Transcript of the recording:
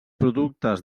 productes